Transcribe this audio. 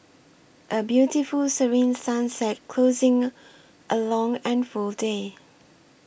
a beautiful serene sunset closing a long and full day